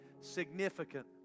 significant